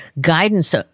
guidance